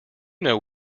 know